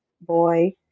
boy